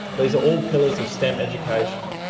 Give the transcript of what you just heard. these are all pillars of stem education.